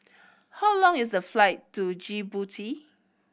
how long is the flight to Djibouti